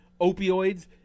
opioids